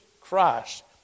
Christ